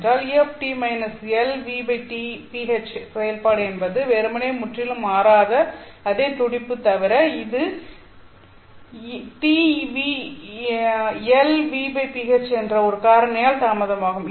என்றால் et− Lv ph செயல்பாடு என்பது வெறுமனே முற்றிலும் மாறாத அதே துடிப்பு தவிர இது Lv ph என்ற ஒரு காரணியால் தாமதமாகும்